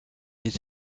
les